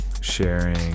sharing